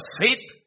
faith